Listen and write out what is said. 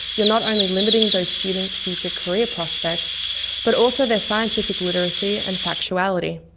you're not only limiting those students' future career prospects but also their scientific literacy and factuality.